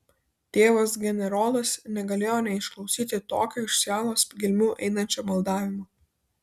tėvas generolas negalėjo neišklausyti tokio iš sielos gelmių einančio maldavimo